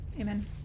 Amen